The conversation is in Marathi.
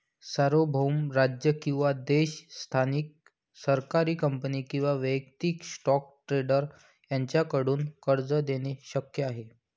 सार्वभौम राज्य किंवा देश स्थानिक सरकारी कंपनी किंवा वैयक्तिक स्टॉक ट्रेडर यांच्याकडून कर्ज देणे शक्य आहे